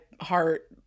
heart